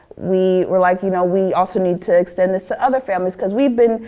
we were like you know, we also need to extend this to other families cause we've been,